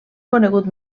conegut